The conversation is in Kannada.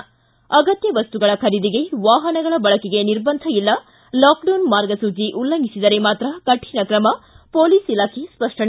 ಿ ಅಗತ್ಯ ವಸ್ತಗಳ ಖರೀದಿಗೆ ವಾಹನಗಳ ಬಳಕೆಗೆ ನಿರ್ಬಂಧ ಇಲ್ಲ ಲಾಕ್ಡೌನ್ ಮಾರ್ಗಸೂಜಿ ಉಲ್ಲಂಘಿಸಿದರೆ ಮಾತ್ರ ಕರಿಣ ಕ್ರಮ ಮೋಲಿಸ್ ಇಲಾಖೆ ಸ್ಪಷ್ಟನೆ